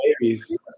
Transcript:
babies